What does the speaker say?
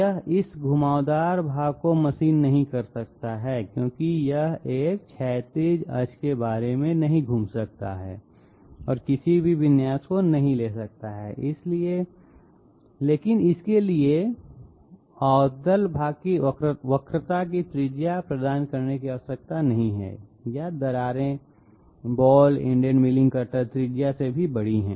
यह इस घुमावदार भाग को मशीन नहीं कर सकता है क्योंकि यह एक क्षैतिज अक्ष के बारे में नहीं घूम सकता है और किसी भी विन्यास को नहीं ले सकता है लेकिन इसके लिए अवतल भाग की वक्रता की त्रिज्या प्रदान करने की आवश्यकता नहीं है या दरारें बॉल इंडेड मिलिंग कटर त्रिज्या से भी बड़ी है